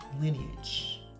lineage